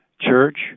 church